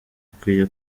ikwiye